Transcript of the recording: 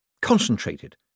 Concentrated